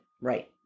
right